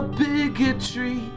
bigotry